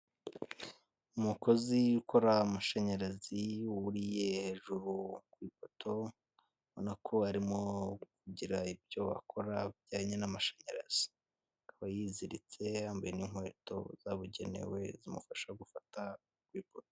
Umukozi ukor' amashanyarazi wuriye hejuru ku ipoto, ubonak' arimo kugir' iby' akora bijyanye n'amashanyarazi, akaba yiziritse yambaye n'inkweto zabugenewe zimufasha gufata ku ipoto.